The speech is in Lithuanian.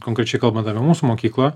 konkrečiai kalbant apie mūsų mokyklą